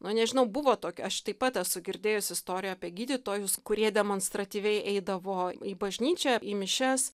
nu nežinau buvo tokia aš taip pat esu girdėjus istoriją apie gydytojus kurie demonstratyviai eidavo į bažnyčią į mišias